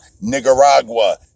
Nicaragua